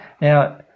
Now